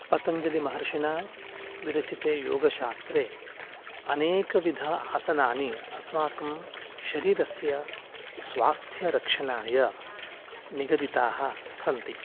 पतञ्जलिमहर्षिणा विरचिते योगशास्त्रे अनेकविध आसनानि अस्माकं शरीरस्य स्वास्थ्य रक्षणाय निगदिताः सन्ति